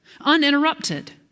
uninterrupted